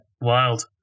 wild